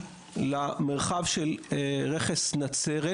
למרחב של רכס נצרת,